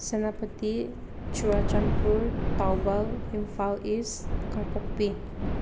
Senapati Churachandpur Thoubal Imphal east Kangpokpi